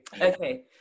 okay